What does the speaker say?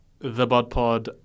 TheBudPod